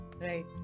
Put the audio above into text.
Right